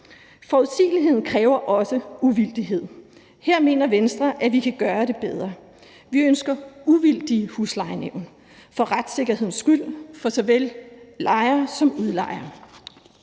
Forudsigeligheden kræver også uvildighed, og her mener Venstre, at vi kan gøre det bedre. Vi ønsker uvildige huslejenævn for retssikkerhedens skyld for såvel lejere som udlejere.